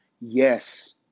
yes